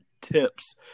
tips